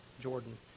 Jordan